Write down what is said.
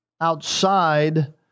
Outside